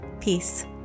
Peace